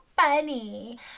funny